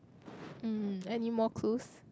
mm anymore clues